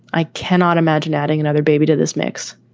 i cannot imagine adding another baby to this mix.